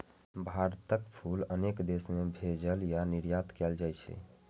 भारतक फूल अनेक देश मे भेजल या निर्यात कैल जाइ छै